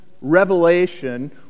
revelation